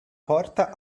porta